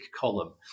column